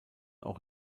auch